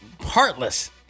heartless